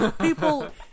People